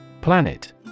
Planet